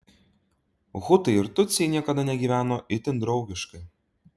hutai ir tutsiai niekada negyveno itin draugiškai